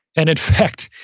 and in fact,